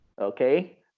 Okay